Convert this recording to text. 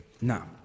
now